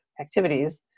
activities